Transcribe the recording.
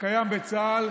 הקיים בצה"ל,